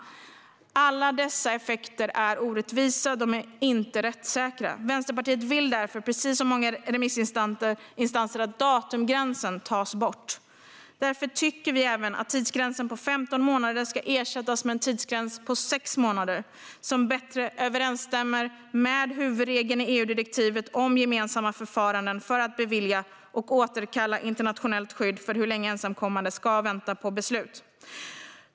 Alla dessa effekter är orättvisa. De är inte rättssäkra. Vänsterpartiet vill därför, precis som många remissinstanser, att datumgränsen tas bort. Därför tycker vi även att tidsgränsen på 15 månader ska ersättas med en tidsgräns på sex månader, som bättre överensstämmer med huvudregeln i EU-direktivet om gemensamma förfaranden för att bevilja och återkalla internationellt skydd, för hur länge ensamkommande ska vänta på beslut.